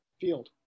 field